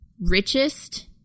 richest